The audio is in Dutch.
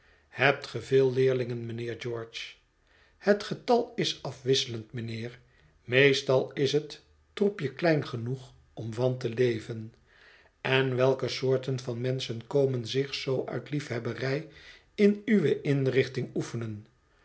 hebt ge veel leerlingen mijnheer george het getal is afwisselend mijnheer meestal is het troepje klein genoeg om van te leven en welke soorten van menschen komen zich zoo uit liefhebberij in uwe inrichting oefenen